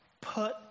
put